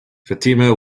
fatima